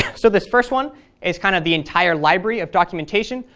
so this first one is kind of the entire library of documentation.